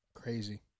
Crazy